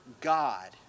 God